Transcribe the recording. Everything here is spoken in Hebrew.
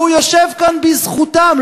והוא יושב כאן בזכותם,